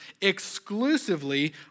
exclusively